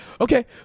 Okay